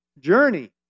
journey